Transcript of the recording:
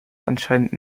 anscheinend